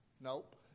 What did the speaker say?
Nope